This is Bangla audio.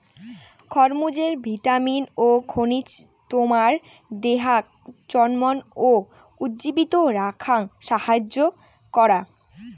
খরমুজে ভিটামিন ও খনিজ তোমার দেহাক চনমন ও উজ্জীবিত রাখাং সাহাইয্য করাং